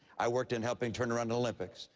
i worked in helping turn around the olympics.